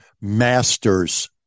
Masters